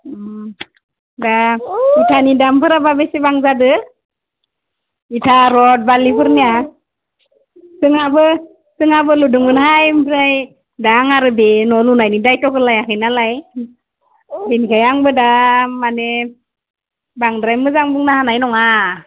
दा इथानि दामफोराबा बेसेबां जादो इथा रड बालिफोरनिया जोंहाबो जोंहाबो लुदोमोनहाय ओमफ्राय दा आं आरो बे न' लुनायनि दायत्य'खो लायाखै नालाय बिनिखाय आंबो दा माने बांद्राय मोजां बुंनो हानाय नङा